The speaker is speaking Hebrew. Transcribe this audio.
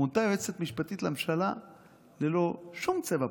מונתה יועצת משפטית לממשלה ללא שום צבע פוליטי,